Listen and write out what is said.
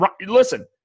listen –